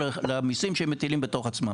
אלא על המיסים שהם מטילים בתוך עצמם.